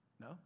No